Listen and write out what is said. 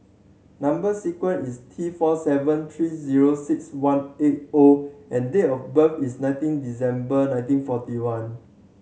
number sequence is T four seven three zero six one eight O and date of birth is nineteen December nineteen forty one